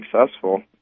successful